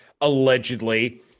allegedly